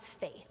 faith